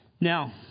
Now